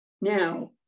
Now